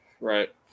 Right